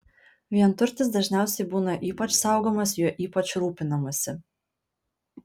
vienturtis dažniausiai būna ypač saugomas juo ypač rūpinamasi